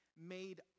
made